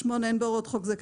1940,